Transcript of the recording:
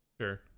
Sure